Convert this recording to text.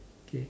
okay